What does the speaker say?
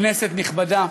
כנסת נכבדה,